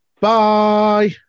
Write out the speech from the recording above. Bye